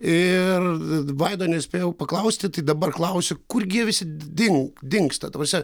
ir vaido nespėjau paklausti tai dabar klausiu kurgi jie visi din dingsta ta prasme